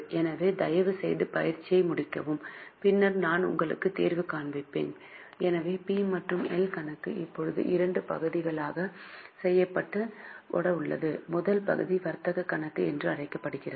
எனவே தயவுசெய்து பயிற்சியை முடிக்கவும் பின்னர் நான் உங்களுக்கு தீர்வு காண்பிப்பேன் எனவே பி மற்றும் எல் கணக்கு இப்போது இரண்டு பகுதிகளாக செய்யப்பட உள்ளது முதல் பகுதி வர்த்தக கணக்கு என்று அழைக்கப்படுகிறது